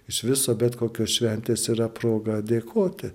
iš viso bet kokios šventės yra proga dėkoti